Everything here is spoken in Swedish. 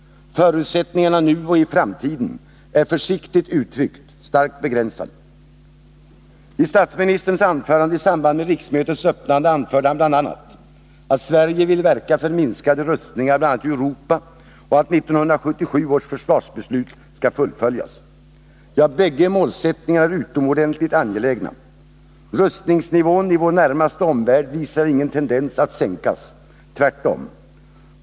Förutsättningarna nu och i framtiden är försiktigt uttryckt starkt begränsade. I statsministerns anförande i samband med riksmötets öppnande anförde han bl.a. att Sverige vill verka för minskade rustningar bl.a. i Europa och för att 1977 års försvarsbeslut skall fullföljas. Ja, bägge målsättningarna är utomordentligt angelägna. Rustningsnivån i vår närmaste omvärld visar ingen tendens att sänkas — tvärtom.